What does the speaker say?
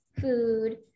food